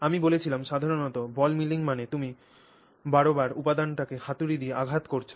আমি বলেছিলাম সাধারণত বল মিলিং মানে তুমি বারবার উপাদানটিকে হাতুড়ি দিয়ে আঘাত করছ